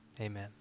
amen